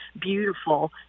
beautiful